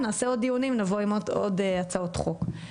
נעשה עוד דיונים, נבוא עם עוד הצעות חוק.